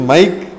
Mike